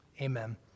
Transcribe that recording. Amen